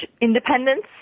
independence